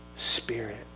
Spirit